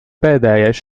pēdējais